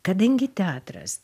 kadangi teatras